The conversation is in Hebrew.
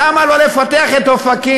למה לא לפתח את אופקים?